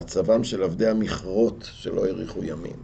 מצבם של עבדי המכרות שלא האריכו ימים.